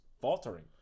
faltering